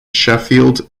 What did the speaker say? sheffield